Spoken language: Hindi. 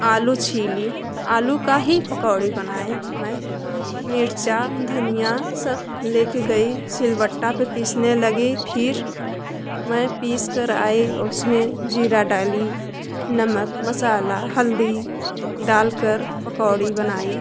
आलू छीली आलू का ही पकौड़ी बनाई मैं मिर्चा धनिया सब लेके गई सिलबट्टा पे पीसने लगी फिर मैं पीसकर आई और उसमें जीरा डाली नमक मसाला हल्दी डालकर पकौड़ी बनाई